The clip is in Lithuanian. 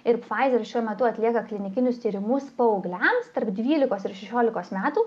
ir pfizer šiuo metu atlieka klinikinius tyrimus paaugliams tarp dvylikos ir šešiolikos metų